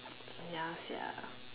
ya sia